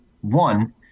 one